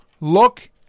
look